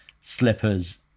slippers